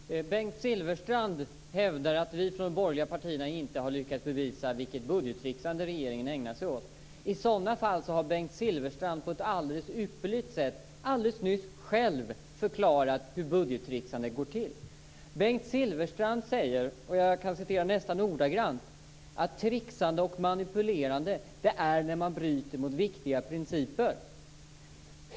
Fru talman! Bengt Silfverstrand hävdar att vi från de borgerliga partierna inte har lyckats bevisa vilket budgettricksande regeringen ägnar sig åt. I sådana fall har Bengt Silfverstrand på ett alldeles ypperligt sätt själv nyss förklarat hur budgettricksande går till. Bengt Silfverstrand säger - jag kan citera nästan ordagrant - att tricksande och manipulerande är när man bryter mot viktiga principer.